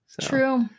True